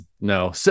No